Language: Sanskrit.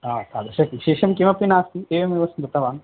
हा तादृशं विशेषं किमपि नास्ति एवमेव स्मृतवान्